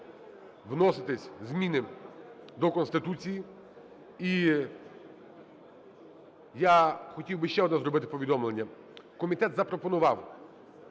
вноситись зміни до Конституції. І я хотів ще одне зробити повідомлення. Комітет запропонував,